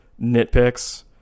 nitpicks